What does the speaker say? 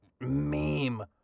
meme